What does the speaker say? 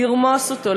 לרמוס אותו,